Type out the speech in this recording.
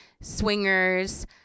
swingers